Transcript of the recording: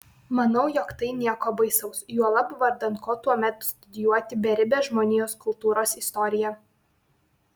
manau jog tai nieko baisaus juolab vardan ko tuomet studijuoti beribę žmonijos kultūros istoriją